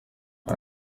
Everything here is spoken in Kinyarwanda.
aya